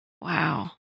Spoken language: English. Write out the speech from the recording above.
Wow